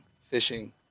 fishing